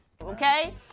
okay